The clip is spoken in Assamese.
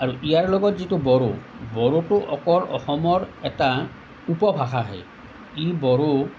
আৰু ইয়াৰ লগত যিটো বড়ো বড়োটো অকল অসমৰ এটা উপভাষাহে ই বড়ো